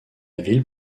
ville